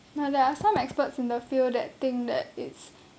now there are some experts in the field that think that it's